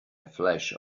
flash